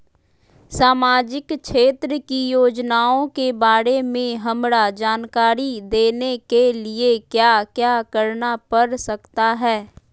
सामाजिक क्षेत्र की योजनाओं के बारे में हमरा जानकारी देने के लिए क्या क्या करना पड़ सकता है?